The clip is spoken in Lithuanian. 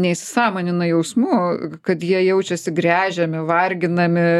neįsisąmonina jausmų kad jie jaučiasi gręžiami varginami